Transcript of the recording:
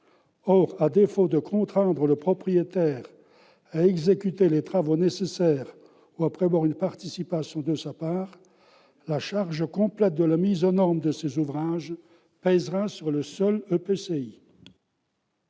Or, à défaut de contraindre le propriétaire à exécuter les travaux nécessaires ou à prévoir une participation de sa part, la charge complète de la mise aux normes de ces ouvrages pèsera sur le seul EPCI.